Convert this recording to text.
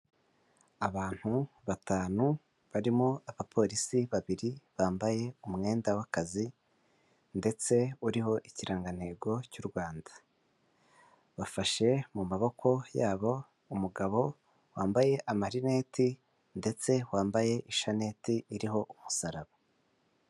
Abantu batanu, barimo abapolisi babiri bambaye umwenda w'akazi, ndetse uriho ikirangantego cy'u Rwanda. Bafashe mu maboko yabo umugabo wambaye amarineti ndetse wambaye ishanete iriho umusaraba.